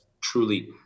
truly